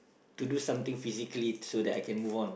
to do something physically so that I can move on